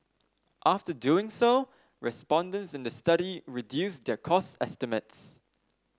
after doing so respondents in the study reduced their cost estimates